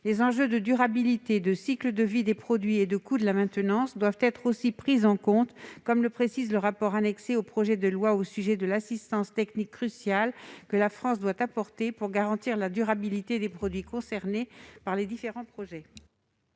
Les enjeux de durabilité, de cycle de vie des produits et de coût de la maintenance doivent être aussi pris en compte, comme le précise le rapport annexé au projet de loi au sujet de « l'assistance technique cruciale » que la France doit apporter « pour garantir la durabilité des produits concernés par les différents projets